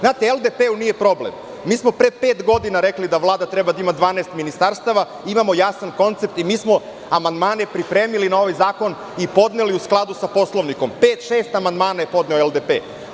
Znate, LDP-u nije problem, mi smo pre pet godina rekli da Vlada treba da ima 12 ministarstava i imamo jasan koncept i mi smo amandmane pripremili na ovaj zakon i podneli u skladu sa Poslovnikom, pet, šest amandmana je podneo LDP.